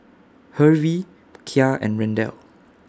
Hervey Kya and Randell